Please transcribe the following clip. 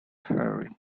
hurry